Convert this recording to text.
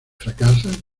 fracasa